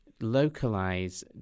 localize